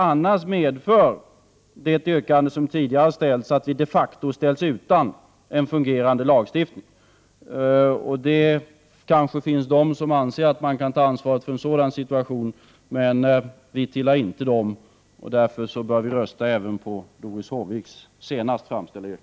Annars medför det yrkande som tidigare framställts att vi de facto ställs utan en fungerande lagstiftning. Det finns kanske de som anser att de kan ta ansvar för en sådan situation. Vi tillhör inte dem och anser därför att kammaren bör rösta för Doris Håviks senast framställda yrkande.